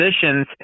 positions